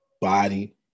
body